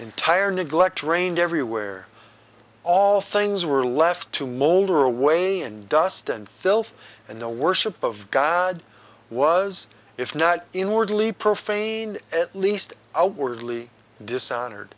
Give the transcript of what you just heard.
entire neglect reigned everywhere all things were left to molder away and dust and filth and the worship of god was if not inwardly profane at least outwardly dishonor